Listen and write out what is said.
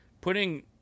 putting